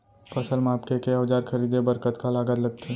फसल मापके के औज़ार खरीदे बर कतका लागत लगथे?